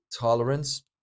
tolerance